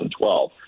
2012